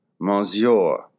Monsieur